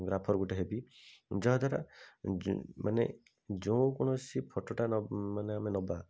grapher ଗୋଟେ ହେବି ଯାହାଦ୍ୱାରା ମାନେ ଯୋଉ କୌଣସି ଫୋଟୋଟା ନେବ ମାନେ ଆମେ ନେବା